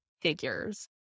figures